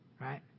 right